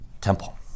temple